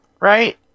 right